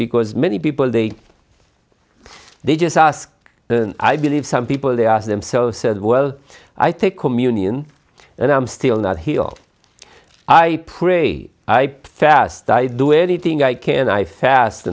because many people they they just ask i believe some people they ask themselves says well i take communion and i'm still not healed i pray i fast i do anything i can i fast